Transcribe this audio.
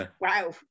wow